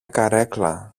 καρέκλα